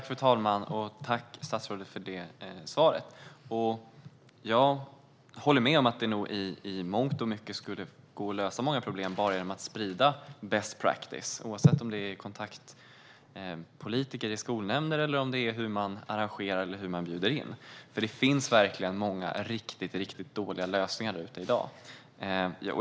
Fru talman! Tack, statsrådet, för det svaret! Jag håller med om att det i mångt och mycket skulle gå att lösa många problem bara genom att sprida best practice, oavsett om det rör sig om kontaktpolitiker i skolnämnden eller om det handlar om hur man arrangerar och bjuder in. Det finns verkligen många riktigt dåliga lösningar i dag.